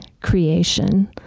creation